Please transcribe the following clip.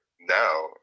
now